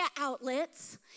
outlets